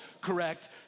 correct